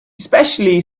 especially